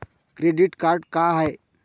Credit card का हाय?